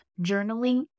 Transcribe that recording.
Journaling